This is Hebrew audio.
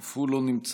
אף הוא לא נמצא.